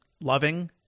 loving